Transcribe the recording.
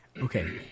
Okay